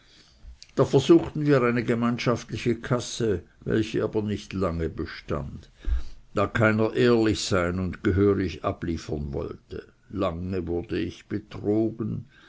da versuchten wir eine gemeinschaftliche kasse welche aber nicht lange bestand da keiner ehrlich sein und gehörig abliefern wollte lange wurde ich betrogen